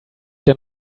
der